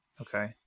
Okay